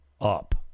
up